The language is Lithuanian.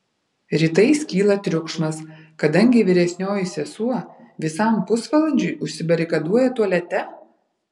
rytais kyla triukšmas kadangi vyresnioji sesuo visam pusvalandžiui užsibarikaduoja tualete